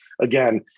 again